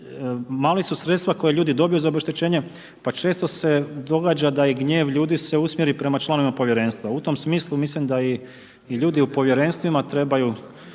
mala su sredstva koja ljudi dobiju za obeštećenje, pa često događa da je gnjev ljudi se usmjeri prema članovima povjerenstva. U tom smislu, mislim da i ljudi u povjerenstvima trebaju